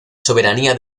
soberanía